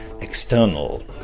external